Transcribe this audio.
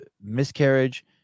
miscarriage